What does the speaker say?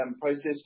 process